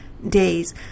days